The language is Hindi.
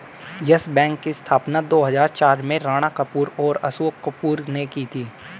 यस बैंक की स्थापना दो हजार चार में राणा कपूर और अशोक कपूर ने की थी